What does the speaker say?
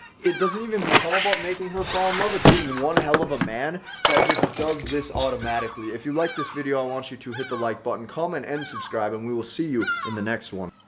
it doesn't even become about making her fall in love. it's being one hell of a man that just does this automatically. if you liked this video, i want you to hit the like button, comment and subscribe and we will see you in the next one.